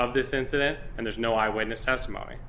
of this incident and there's no eyewitness testimony